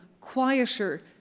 quieter